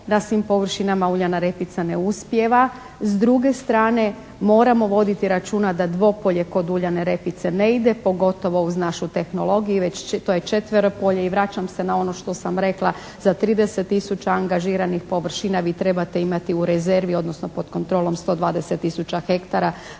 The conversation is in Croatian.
na svim površinama uljana repica ne uspijeva, s druge strane moramo voditi računa da Dvopolje kod uljane repice ne ide pogotovo uz našu tehnologiju već to je četveropolje i vraćam se na ono što sam rekla za 30 tisuća angažiranih površina vi trebate imati u rezervi odnosno pod kontrolom 120 tisuća hektara